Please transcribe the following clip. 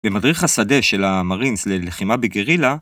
במדריך השדה של המרינס ללחימה בגרילה